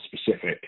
specific